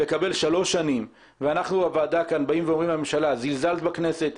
לקבל שלוש שנים והוועדה אומרת לממשלה: זלזלת בכנסת,